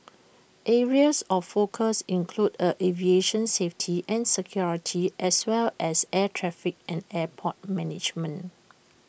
areas of focus include aviation safety and security as well as air traffic and airport management